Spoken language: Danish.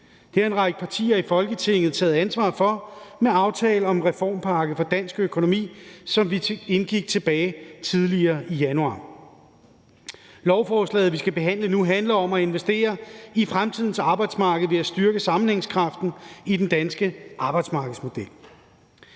Det har en række partier i Folketinget taget ansvar for med aftale om reformpakke for dansk økonomi, som vi indgik tilbage tidligere i januar. Lovforslaget, vi skal behandle nu, handler om at investere i fremtidens arbejdsmarked ved at styrke sammenhængskraften i den danske arbejdsmarkedsmodel.